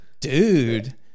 dude